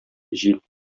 җил